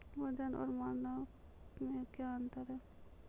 वजन और मानक मे क्या अंतर हैं?